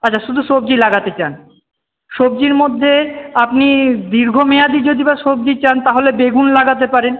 আচ্ছা শুধু সবজি লাগাতে চান সবজির মধ্যে আপনি দীর্ঘমেয়াদি যদি বা সবজি চান তাহলে বেগুন লাগাতে পারেন